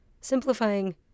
Simplifying